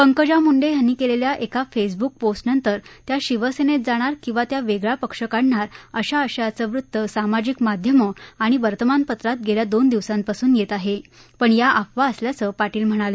पंकजा मुंडे यांनी केलेल्या एका फेसबुक पोस्टनंतर त्या शिवसेनेत जाणार किंवा त्या वेगळा पक्ष काढणार अशा आशयाचं वृत्त सामाजिक माध्यमं आणि वर्तमानपत्रात गेल्या दोन दिवसांपासून येत आहे पण या अफवा असल्याचं पाटील म्हणाले